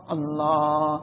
Allah